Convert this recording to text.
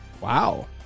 wow